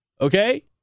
Okay